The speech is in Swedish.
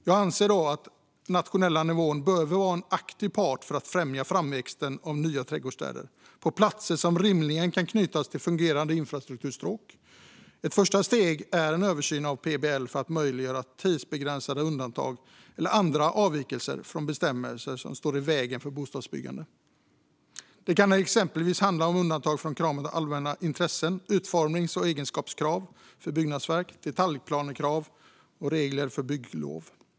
Jag anser att den nationella nivån bör vara en aktiv part i att främja framväxten av nya trädgårdsstäder på platser som rimligen kan knytas till fungerande infrastrukturstråk. Ett första steg är en översyn av PBL för att möjliggöra tidsbegränsade undantag eller andra avvikelser från bestämmelser som står i vägen för bostadsbyggande. Det kan exempelvis handla om undantag från kraven när det gäller allmänna intressen, utformnings och egenskapskrav för byggnadsverk, detaljplanekrav och regler för bygglov.